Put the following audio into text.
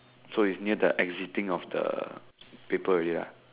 so it's near the exiting of the paper already lah